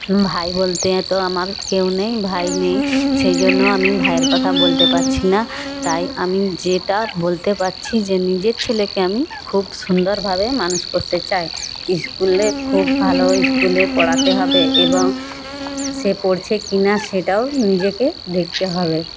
ভাই বলতে তো আমার কেউ নেই ভাই নেই সেই জন্য আমি ভাইয়ের কথা বলতে পারছি না তাই আমি যেটা বলতে পারছি যে নিজের ছেলেকে আমি খুব সুন্দরভাবে মানুষ করতে চাই স্কুলে খুব ভালো স্কুলে পড়াতে হবে এবং সে পড়ছে কি না সেটাও নিজেকে দেখতে হবে